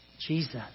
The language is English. Jesus